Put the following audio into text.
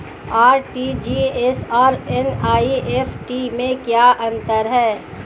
RTGS और NEFT में क्या अंतर है?